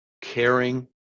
caring